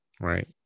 right